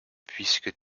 puisque